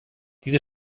diese